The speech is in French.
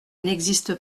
n’existe